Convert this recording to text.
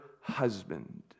husband